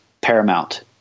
paramount